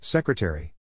Secretary